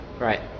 Right